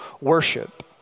worship